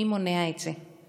מי מונע את זה?